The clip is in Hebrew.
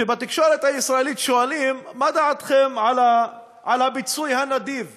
בתקשורת הישראלית שואלים מה דעתכם על הפיצוי הנדיב